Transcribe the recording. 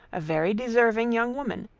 a very deserving young woman,